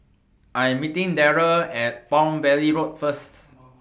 I Am meeting Darrell At Palm Valley Road First